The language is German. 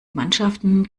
mannschaften